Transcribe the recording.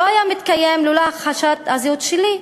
לא היה מתקיים לולא הכחשת הזהות שלי,